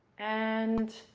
and